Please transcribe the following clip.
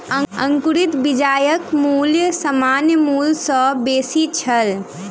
अंकुरित बियाक मूल्य सामान्य मूल्य सॅ बेसी छल